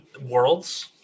worlds